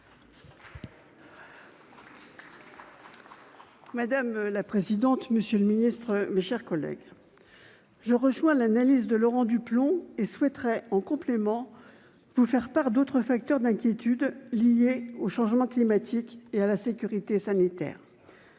Madame la présidente, monsieur le ministre, mes chers collègues, je rejoins l'analyse de Laurent Duplomb et souhaite, en complément, vous faire part d'autres facteurs d'inquiétude liés au changement climatique et à la sécurité sanitaire.